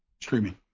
Streaming